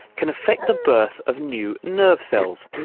can affect the birth of new nerve cells,